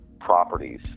properties